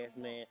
man